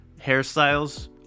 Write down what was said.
Hairstyles